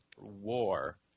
war